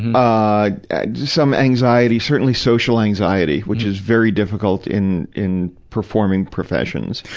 ah some anxiety, certainly social anxiety, which is very difficult in, in performing professions.